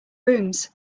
rooms